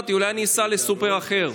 אמרתי שאולי אסע לסופר אחר.